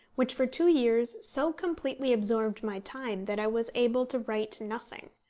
which for two years so completely absorbed my time that i was able to write nothing.